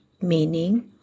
meaning